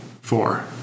Four